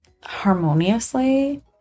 harmoniously